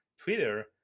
Twitter